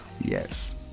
Yes